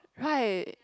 right